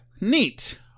Neat